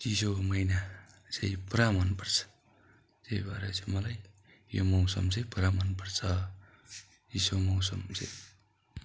चिसो महिना चाहिँ पुरा मन पर्छ त्यही भएर चाहिँ मलाई यो मौसम चाहिँ पुरा मन पर्छ चिसो मौसम चाहिँ